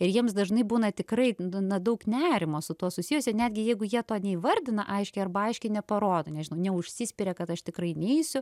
ir jiems dažnai būna tikrai na daug nerimo su tuo susijusio netgi jeigu jie to neįvardina aiškiai arba aiškiai neparodo nežinau neužsispiria kad aš tikrai neisiu